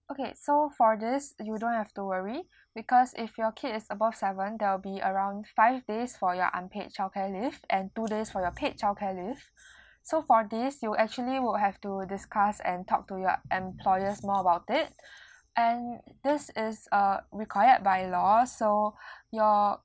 okay so for this you don't have to worry because if your kid is above seven there will be around five days for your unpaid childcare leave and two days for your paid childcare leave so for this you actually would have to discuss and talk to your employers more about it and this is uh required by law so your